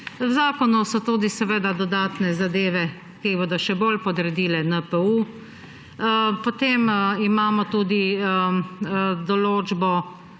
V zakonu so tudi seveda dodatne zadeve, ki bodo še bolj podredile NPU. Potem imamo tudi določbo,